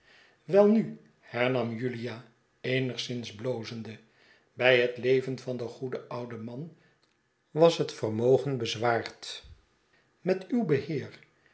welnu hernam julia eenigszins blozende bij het leven van den goeden ouden man was het vermogen bezwaard met uw beheer